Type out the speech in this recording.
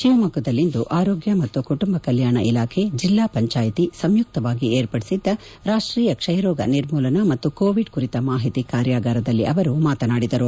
ಶಿವಮೊಗ್ಗದಲ್ಲಿಂದು ಆರೋಗ್ಯ ಮತ್ತು ಕುಟುಂಬ ಕಲ್ಕಾಣ ಇಲಾಖೆ ಜಿಲ್ಲಾ ಪಂಜಾಯಿತಿ ಸಂಯುಕ್ತವಾಗಿ ಏರ್ಪಡಿಸಿದ್ದ ರಾಷ್ಟೀಯ ಕ್ಷಯರೋಗ ನಿರ್ಮೂಲನ ಮತ್ತು ಕೋವಿಡ್ ಕುರಿತ ಮಾಹಿತಿ ಕಾರ್ಯಾಗಾರದಲ್ಲಿ ಅವರು ಮಾತನಾಡಿದರು